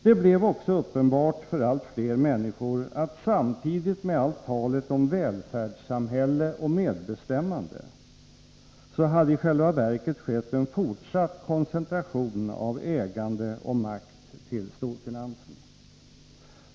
Det blev också uppenbart för allt flera människor att samtidigt med allt talet om ”välfärdssamhälle” och ”medbestämmande” hade i själva verket skett en fortsatt koncentration av ägande och makt till storfinansen.